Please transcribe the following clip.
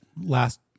Last